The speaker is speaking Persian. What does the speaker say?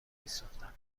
میسوختم